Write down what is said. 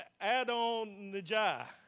Adonijah